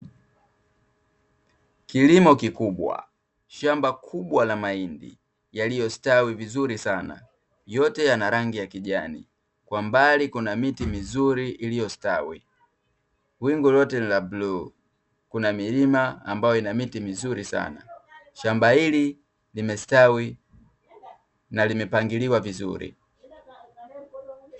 Kilimo kikubwa shamba kubwa la mahindi yaliyostawi vizuri sana . Yote yana rangi ya kijani kwa mbali Kuna miti mizuri iliyo stawi wingu lote ni la bluu , Kuna milima ambayo ina miti mizuri sana . Shamba hili limestawi na limepangiliwa vizuri .